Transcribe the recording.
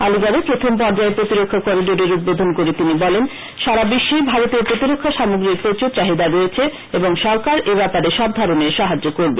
আলীগড়ে প্রথম পর্যায়ে প্রতিরক্ষা করিডোরের উদ্বোধন করে তিনি বলেন সারা বিশ্বেই ভারতীয় প্রতিরক্ষা সামগ্রীর প্রচুর চাহিদা রয়েছে এবং সরকার এ ব্যাপারে সবধরনের সাহায্য করবে